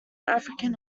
african